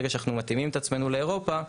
ברגע שאנחנו מתאימים את עצמנו לאירופה,